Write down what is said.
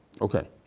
Okay